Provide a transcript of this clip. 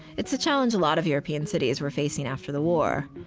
it's a challenge a lot of european cities were facing after the war.